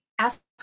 ask